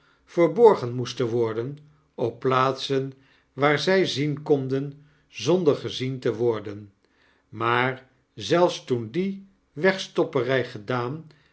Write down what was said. verborgen moesten worden op plaatsen waar zij zien konden zonder gezien te worden maar zelfs toen die wegstopperij gedaan